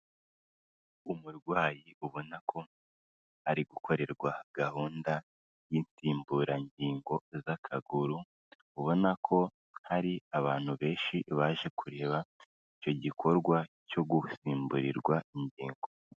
Umurwayi ubona ko ari gukorerwa gahunda y'insimburangingo z'akaguru, ubona ko hari abantu benshi baje kureba icyo gikorwa cyo gusimburirwa ingingo.